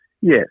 yes